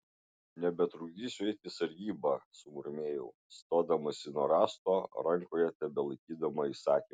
nebetrukdysiu eiti sargybą sumurmėjau stodamasi nuo rąsto rankoje tebelaikydama įsakymą